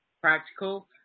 practical